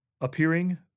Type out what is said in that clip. appearing